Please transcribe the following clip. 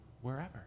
wherever